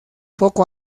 poco